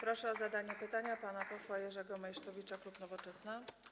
Proszę o zadanie pytania pana posła Jerzego Meysztowicza, klub Nowoczesna.